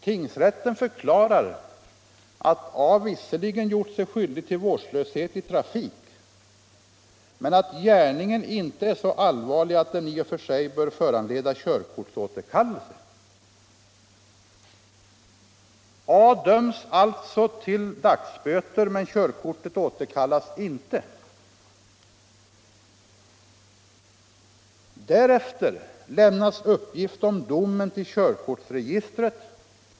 Tingsrätten förklarar att A visserligen gjort sig skyldig till vårdslöshet i trafik, men att gärningen inte är så allvarlig att den bör föranleda körkortsåterkallelse. A döms alltså till dagsböter men körkortet återkallas inte. Därefter lämnas uppgift om domen till körkortsregistret.